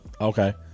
Okay